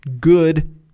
good